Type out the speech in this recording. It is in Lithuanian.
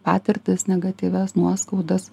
patirtis negatyvias nuoskaudas